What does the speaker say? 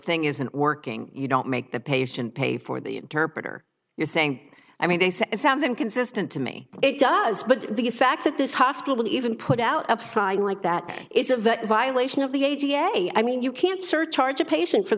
thing isn't working you don't make the patient pay for the interpreter you're saying i mean they say it sounds inconsistent to me it does but the fact that this hospital even put out upside like that is of that violation of the a ga i mean you can't surcharge a patient for